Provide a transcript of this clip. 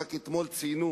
רק אתמול ציינו